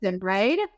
right